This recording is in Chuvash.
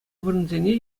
вырӑнсене